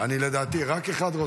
לדעתי רק אחד,